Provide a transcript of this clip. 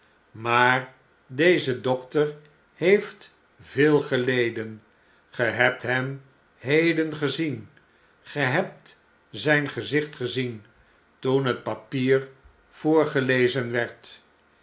maar deze dokter heeft veel geleden gehebthem heden gezien ge hebt zijn gezicht gezien toen het papier voorgelezen werd